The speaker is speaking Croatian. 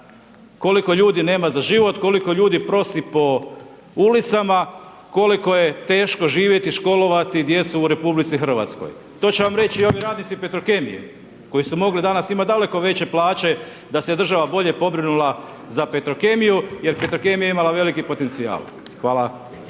koliko ljudi nema za život, koliko ljudi prosi po ulicama, koliko je teško živjeti i školovati djecu u RH. To će vam reći i ovi radnici Petrokemije, koji su mogli danas imati daleko veće plaće da se država bolje pobrinula za Petrokemiju jer Petrokemija je imala veliki potencijal. Hvala.